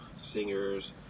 singers